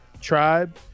Tribe